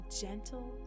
gentle